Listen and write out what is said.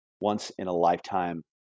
once-in-a-lifetime